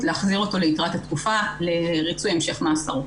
להחזיר אותו ליתרת התקופה לריצוי המשך מאסרו.